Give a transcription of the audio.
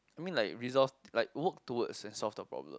I mean like resolve like work towards and solve the problem